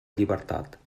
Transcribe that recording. llibertat